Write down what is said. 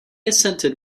assented